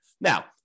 Now